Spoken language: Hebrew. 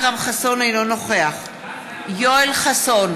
אינו נוכח יואל חסון,